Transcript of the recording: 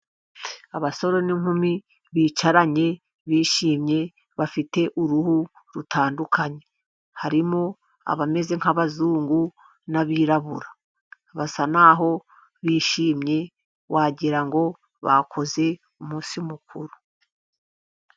Abasore n'inkumi bicaranye bishimye, bafite uruhu rutandukanye harimo abameze nk'abazungu, n'abirabura, basa n'aho bishimye wagira ngo bakoze umunsi mukuru.